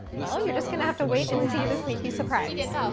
well, you're just gonna have to wait and see the sneaky surprise.